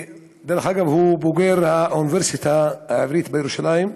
דרך אגב, הוא בוגר האוניברסיטה העברית בירושלים,